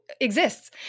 exists